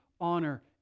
honor